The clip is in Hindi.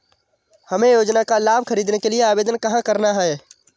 हमें योजना का लाभ ख़रीदने के लिए आवेदन कहाँ करना है?